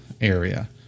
area